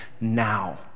now